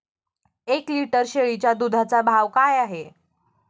एक लिटर शेळीच्या दुधाचा भाव काय आहे?